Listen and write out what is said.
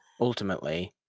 ultimately